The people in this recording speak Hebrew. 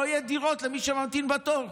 לא יהיו דירות למי שממתין בתור.